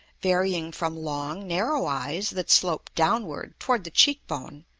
varying from long, narrow eyes that slope downward toward the cheek-bone,